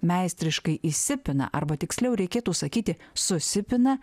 meistriškai įsipina arba tiksliau reikėtų sakyti susipina